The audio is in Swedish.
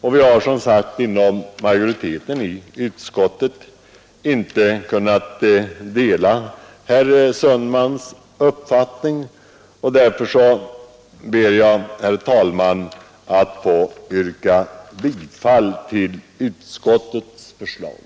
Utskottsmajoriteten har som sagt inte kunnat dela herr Sundmans uppfattning, och jag ber att få yrka bifall till utskottets hemställan.